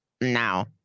now